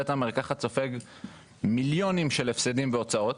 בית המרקחת סופג מיליונים של הפסדים והוצאות.